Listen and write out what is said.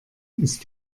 ist